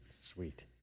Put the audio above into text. Sweet